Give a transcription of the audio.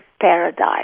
paradise